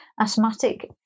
asthmatic